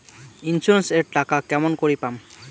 Insurance এর টাকা কেমন করি পাম?